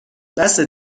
بسه